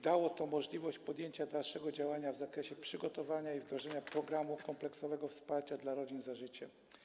Dało to możliwość podjęcia dalszego działania w zakresie przygotowania i wdrożenia programu kompleksowego wsparcia dla rodzin „Za życiem”